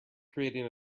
creating